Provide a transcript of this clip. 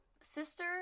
sister